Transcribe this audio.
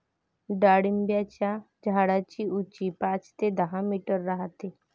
डाळिंबाच्या झाडाची उंची पाच ते दहा मीटर राहते